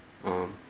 err